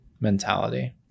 mentality